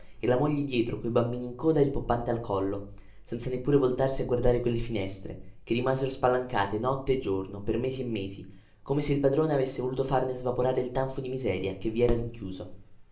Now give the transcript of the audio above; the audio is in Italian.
e la moglie dietro coi bambini in coda e il poppante al collo senza neppure voltarsi a guardare quelle finestre che rimasero spalancate notte e giorno per mesi e mesi come se il padrone avesse voluto farne svaporare il tanfo di miseria che vi si era rinchiuso